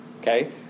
okay